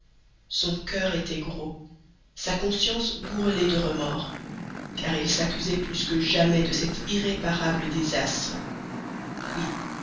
son coeur était gros sa conscience bourrelée de remords car il s'accusait plus que jamais de cet irréparable désastre oui